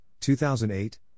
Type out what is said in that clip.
2008